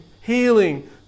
healing